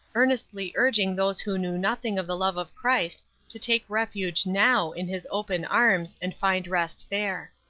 earnestly urging those who knew nothing of the love of christ to take refuge now in his open arms and find rest there.